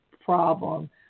problem